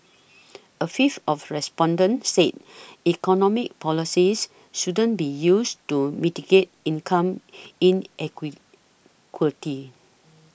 a fifth of respondents said economic policies shouldn't be used to mitigate income in